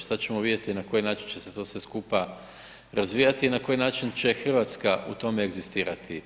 Sad ćemo vidjeti na koji način će se sve to skupa razvijati i na koji način će Hrvatska u tome egzistirati.